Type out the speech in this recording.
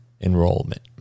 enrollment